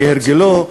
כהרגלו.